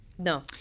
No